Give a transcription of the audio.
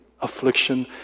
affliction